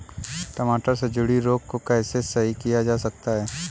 टमाटर से सुंडी रोग को कैसे सही किया जा सकता है?